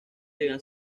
debían